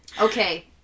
Okay